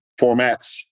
formats